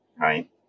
right